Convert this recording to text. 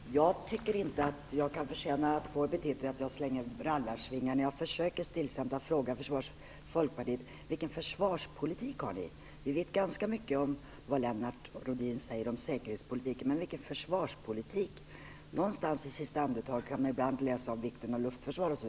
Fru talman! Jag tycker inte att jag förtjänar att det kallas rallarsvingar när jag stillsamt försöker fråga Folkpartiet: Vilken försvarspolitik har ni? Vi vet ganska mycket om vad Lennart Rohdin säger om säkerhetspolitiken, men vilken försvarspolitik driver ni? Någonstans i sista andetaget kan man ibland läsa om vikten av luftförsvar.